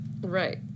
Right